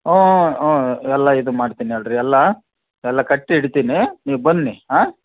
ಊಂ ಊಂ ಊಂ ಎಲ್ಲ ಇದು ಮಾಡ್ತೀನಿ ಹೇಳ್ರಿ ಎಲ್ಲ ಎಲ್ಲ ಕಟ್ಟಿ ಇಡ್ತೀನಿ ನೀವು ಬನ್ನಿ ಆಂ